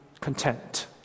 content